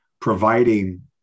providing